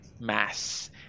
mass